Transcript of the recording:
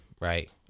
Right